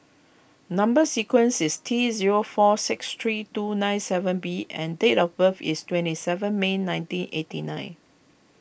Number Sequence is T zero four six three two nine seven B and date of birth is twenty seven May nineteen eighty nine